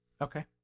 Okay